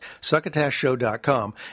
SuccotashShow.com